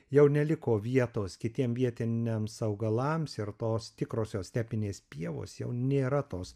jau neliko vietos kitiem vietiniams augalams ir tos tikrosios stepinės pievos jau nėra tos